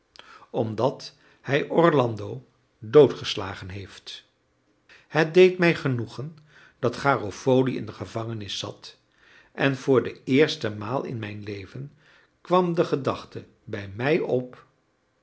omdat hij orlando doodgeslagen heeft het deed mij genoegen dat garofoli in de gevangenis zat en voor de eerste maal in mijn leven kwam de gedachte bij mij op